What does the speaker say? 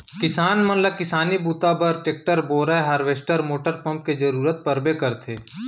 किसान मन ल किसानी बूता बर टेक्टर, बोरए हारवेस्टर मोटर पंप के जरूरत परबे करथे